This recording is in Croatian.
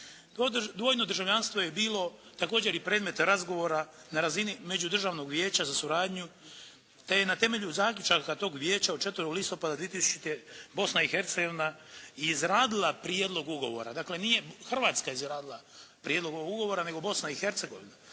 Dvojno državljanstvo je bilo također i predmet razgovora na razini Međudržavnog vijeća za suradnju te je na temelju zaključaka tog Vijeća od 4. listopada 2000. Bosna i Hercegovina i izradila prijedlog ugovora, dakle nije Hrvatska izradila prijedlog ugovora nego Bosna i Hercegovina.